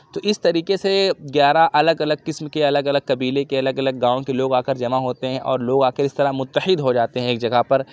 تو اِس طریقے سے گیارہ الگ الگ قسم کے الگ الگ قبیلے کے الگ الگ گاؤں کے لوگ آ کر جمع ہوتے ہیں اور لوگ آ کے اِس طرح متحد ہو جاتے ہیں ایک جگہ پر